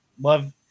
Love